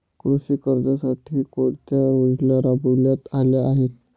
कृषी कर्जासाठी कोणत्या योजना राबविण्यात आल्या आहेत?